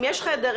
אם יש חדר,